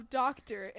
doctor